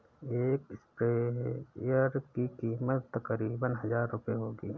एक स्प्रेयर की कीमत तकरीबन हजार रूपए होगी